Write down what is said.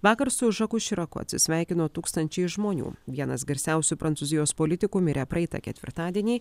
vakar su žaku širaku atsisveikino tūkstančiai žmonių vienas garsiausių prancūzijos politikų mirė praeitą ketvirtadienį